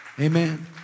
Amen